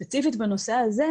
ספציפית בנושא הזה,